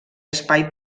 espai